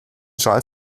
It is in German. schal